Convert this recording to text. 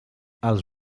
els